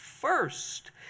first